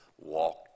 walk